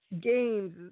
games